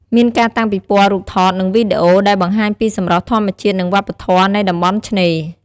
មានការតាំងពិព័រណ៍រូបថត និងវីដេអូ ដែលបង្ហាញពីសម្រស់ធម្មជាតិ និងវប្បធម៌នៃតំបន់ឆ្នេរ។